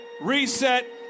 reset